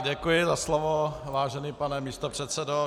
Děkuji za slovo, vážený pane místopředsedo.